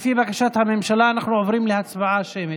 לפי בקשת הממשלה, אנחנו עוברים להצבעה שמית,